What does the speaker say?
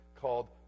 called